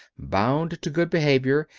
bound to good behavior,